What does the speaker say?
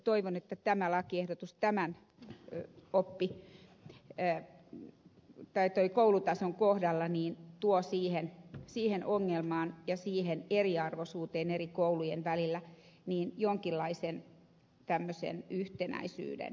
toivon että tämä lakiehdotus tämän koulutason kohdalla tuo siihen ongelmaan ja eriarvoisuuteen eri koulujen välillä jonkinlaisen yhtenäisyyden